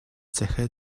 захиа